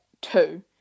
two